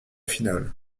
finale